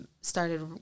Started